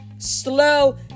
slow